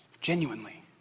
Genuinely